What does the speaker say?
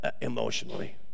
emotionally